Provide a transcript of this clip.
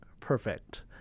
perfect